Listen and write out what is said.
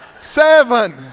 Seven